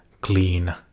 clean